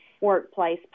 workplace